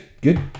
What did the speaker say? good